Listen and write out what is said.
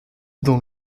dans